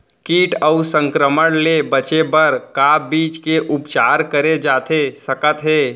किट अऊ संक्रमण ले बचे बर का बीज के उपचार करे जाथे सकत हे?